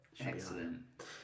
Excellent